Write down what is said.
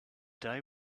day